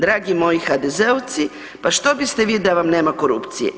Dragi moji HDZ-ovci pa što biste vi da vam nema korupcije?